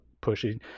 pushing